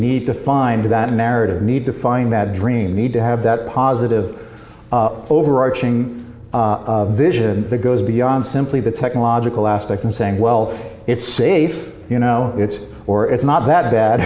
need to find that narrative need to find that dream need to have that positive overarching vision that goes beyond simply the technological aspect and saying well it's safe you know it's or it's not that bad